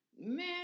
Man